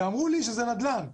ואמרו לי שזה נדל"ן.